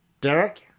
Derek